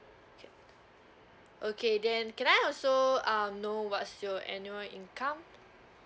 can okay then can I also um know what's your annual income